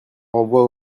renvoi